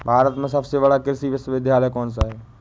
भारत में सबसे बड़ा कृषि विश्वविद्यालय कौनसा है?